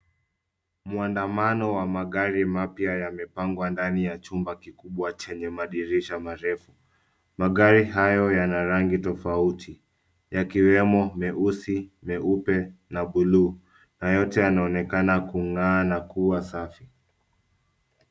Mwandamano wa magari mapya yamepangwa ndani ya chumba kikubwa chenye madirisha marefu. Magari hayo yana rangi tofauti, yakiwemo vyeusi, vyeupe na buluu, na yote yaonekana kungaa na kuwa safi.